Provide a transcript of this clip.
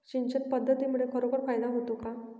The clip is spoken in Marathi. सिंचन पद्धतीमुळे खरोखर फायदा होतो का?